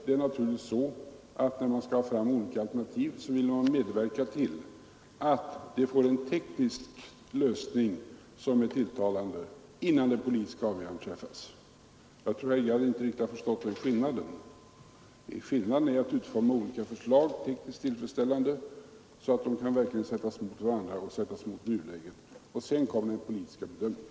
Det är naturligtvis så att när man skall ha fram olika alternativ så vill man medverka till tekniska lösningar som är tilltalande, innan det politiska avgörandet träffas. Jag tror att herr Gadd inte riktigt har förstått skillnaden mellan att utforma olika förslag tekniskt tillfredsställande, så att de kan sättas mot varandra och mot nuläget, och att sedan göra den politiska bedömningen.